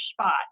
spot